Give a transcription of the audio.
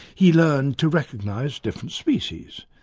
he learned to recognise different species.